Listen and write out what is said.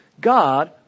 God